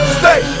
stay